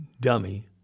dummy